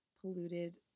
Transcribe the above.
polluted